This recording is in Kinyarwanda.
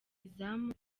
izamu